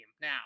now